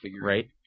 Right